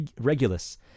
Regulus